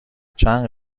چند